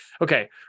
Okay